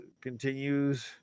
continues